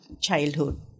childhood